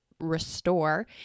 Restore